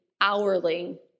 hourly